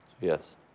Yes